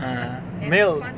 uh 没有